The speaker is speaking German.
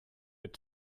mit